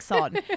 on